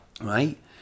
Right